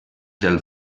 del